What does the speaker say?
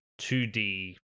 2D